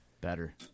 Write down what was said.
better